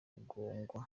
kugongwa